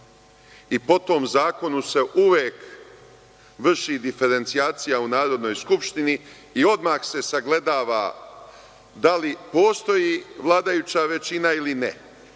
i potom zakonu se uvek vrši diferencijacija u Narodnoj skupštini i odmah se sagledava da li postoji vladajuća većina ili ne.